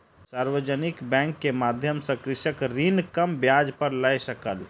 सार्वजानिक बैंक के माध्यम सॅ कृषक ऋण कम ब्याज पर लय सकल